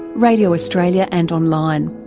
radio australia and online.